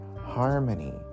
harmony